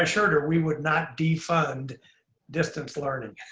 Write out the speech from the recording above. assured her we would not defund distance learning.